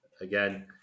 again